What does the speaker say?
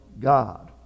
God